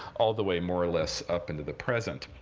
all the way, more or less, up into the present.